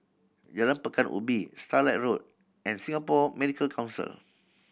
Jalan Pekan Ubin Starlight Road and Singapore Medical Council